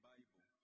Bible